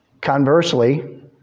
conversely